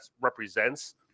represents